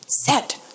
set